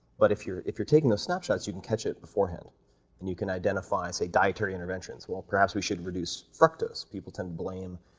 but if you're if you're taking those snapshots, you can catch it beforehand and you can identify, say, dietary interventions, well, perhaps we should reduce fructose. people tend to blame